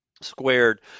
squared